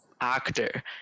actor